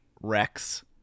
Rex